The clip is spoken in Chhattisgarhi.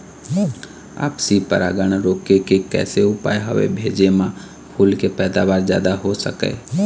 आपसी परागण रोके के कैसे उपाय हवे भेजे मा फूल के पैदावार जादा हों सके?